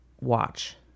watch